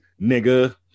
nigga